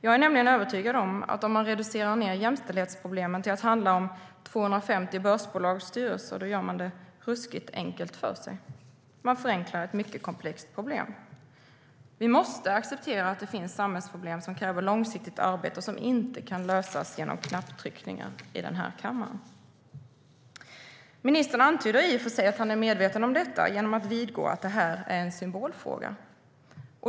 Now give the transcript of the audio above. Jag är nämligen övertygad om att om man reducerar jämställdhetsproblemen till att handla om 250 börsbolags styrelser gör man det ruskigt enkelt för sig. Man förenklar ett komplext problem. Vi måste acceptera att det finns samhällsproblem som kräver långsiktigt arbete och som inte kan lösas genom knapptryckningar i den här kammaren. Ministern antyder i och för sig att han är medveten om detta genom att vidgå att det här är en symbolfråga.